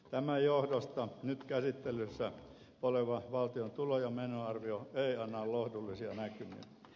tämän johdosta nyt käsittelyssä oleva valtion tulo ja menoarvio ei anna lohdullisia näkymiä